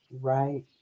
Right